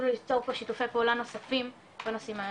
ליצור פה שיתופי פעולה נוספים בנושאים האלה,